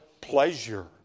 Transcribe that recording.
pleasure